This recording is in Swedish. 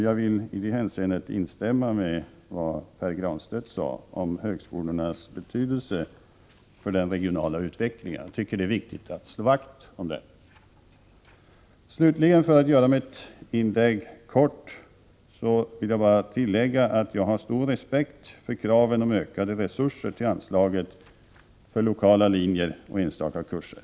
Jag vill i det hänseendet instämma i vad Pär Granstedt sade om högskolornas betydelse för den regionala utvecklingen. Jag tycker det är viktigt att slå vakt om denna. För att göra mitt inlägg kort vill jag slutligen bara tillägga att jag hyser stor respekt för kraven på en ökning av anslaget till lokala linjer och enstaka kurser.